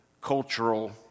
cultural